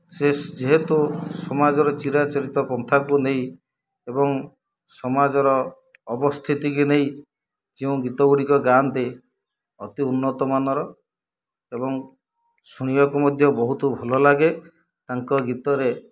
ସେ ଯେହେତୁ ସମାଜର ଚିରାଚରିତ ପନ୍ଥାକୁ ନେଇ ଏବଂ ସମାଜର ଅବସ୍ଥିତିକୁ ନେଇ ଯେଉଁ ଗୀତଗୁଡ଼ିକ ଗାଆନ୍ତି ଅତି ଉନ୍ନତମାନର ଏବଂ ଶୁଣିବାକୁ ମଧ୍ୟ ବହୁତ ଭଲ ଲାଗେ ତାଙ୍କ ଗୀତରେ